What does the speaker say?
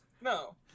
No